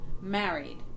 married